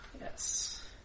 Yes